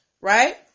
Right